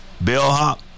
bellhop